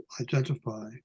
identify